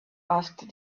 asked